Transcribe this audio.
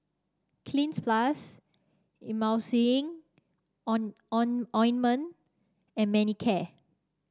Cleanz Plus Emulsying Ointment and Manicare